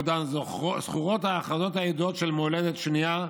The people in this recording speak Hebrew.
עודן זכורות ההכרזות הידועות של 'מולדת שנייה',